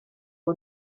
uwo